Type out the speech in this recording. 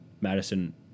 Madison